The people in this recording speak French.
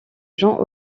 john